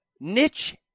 niche